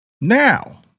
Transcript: now